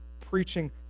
preaching